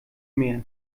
mehr